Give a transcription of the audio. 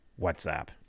WhatsApp